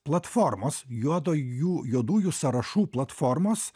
platformos juodojų juodųjų sąrašų platformos